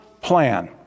plan